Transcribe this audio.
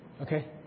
Okay